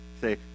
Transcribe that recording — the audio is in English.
Say